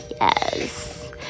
yes